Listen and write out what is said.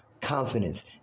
confidence